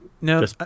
No